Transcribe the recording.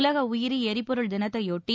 உலக உயிரி எரிபொருள் தினத்தையொட்டி